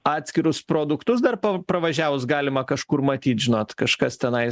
atskirus produktus dar po pravažiavus galima kažkur matyt žinot kažkas tenai